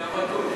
אתה מתון.